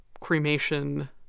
cremation